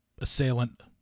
assailant